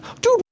dude